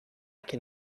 can